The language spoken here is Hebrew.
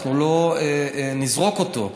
אנחנו לא נזרוק אותו,